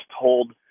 told